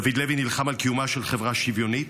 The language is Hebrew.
דוד לוי נלחם על קיומה של חברה שוויונית.